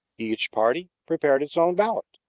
each party prepared its own ballot,